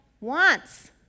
wants